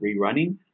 rerunning